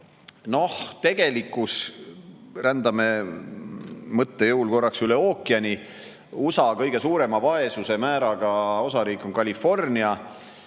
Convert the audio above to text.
Noh, tegelikkus … Rändame mõtte jõul korraks üle ookeani. USA kõige suurema vaesuse määraga osariik on California